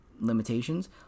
limitations